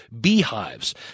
beehives